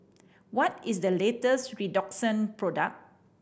what is the latest Redoxon product